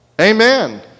Amen